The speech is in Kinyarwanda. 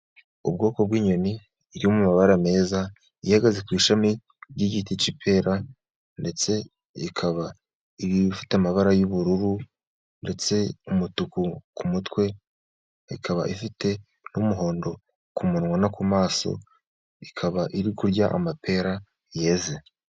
Ubwoko bw'inyoni iri mu mabara meza, ihagaze ku ishami ry'igiti cy'ipera, ndetse ikaba ifite amabara y'ubururu ndetse n'umutuku ku mutwe, ikaba ifite n'umuhondo ku munwa no ku maso, ikaba iri kurya amapera yeze.